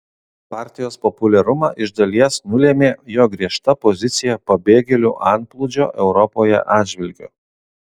partijos populiarumą iš dalies nulėmė jo griežta pozicija pabėgėlių antplūdžio europoje atžvilgiu